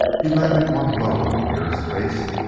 he landed one blow on the nearest face